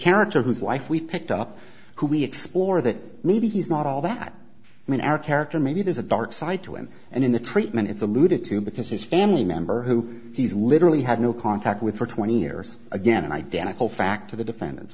character whose life we've picked up who we explore that maybe he's not all that in our character maybe there's a dark side to him and in the treatment it's alluded to because his family member who he's literally had no contact with for twenty years again an identical fact to the defendant's